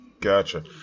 Gotcha